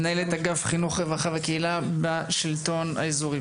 מנהלת אגף חינוך וקהילה בשלטון האזורי,